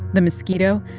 the mosquito,